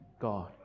God